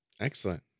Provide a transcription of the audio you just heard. Excellent